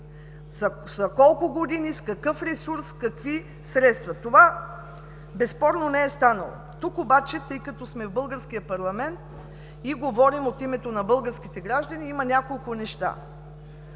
за колко години, с какъв ресурс, с какви средства? Безспорно това не е станало. Тук обаче, тъй като сме българският парламент и говорим от името на българските граждани, има няколко неща.